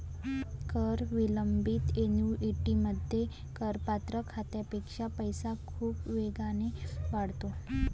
कर विलंबित ऍन्युइटीमध्ये, करपात्र खात्यापेक्षा पैसा खूप वेगाने वाढतो